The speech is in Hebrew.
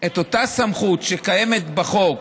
את אותה סמכות שקיימת בחוק,